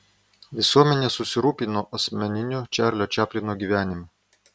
visuomenė susirūpino asmeniniu čarlio čaplino gyvenimu